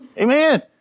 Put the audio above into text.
Amen